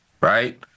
right